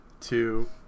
two